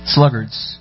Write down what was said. Sluggard's